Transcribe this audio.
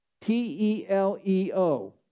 T-E-L-E-O